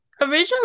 originally